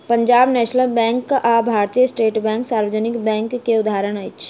Punjab national bank आ भारतीय state bank सार्वजनिक बैंक के उदाहरण अछि